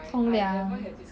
冲凉